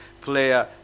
player